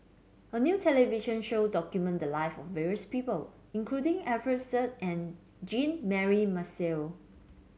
a new television show documented the live of various people including Alfian Sa'at and Jean Mary Marshall